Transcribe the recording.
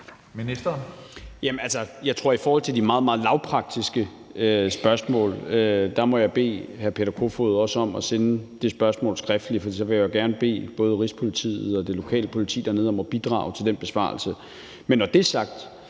jeg tror, at jeg i forhold til de meget, meget lavpraktiske spørgsmål må bede hr. Peter Kofod om også at sende de spørgsmål skriftligt, for så vil jeg gerne bede både Rigspolitiet og det lokale politi dernede om at bidrage til den besvarelse.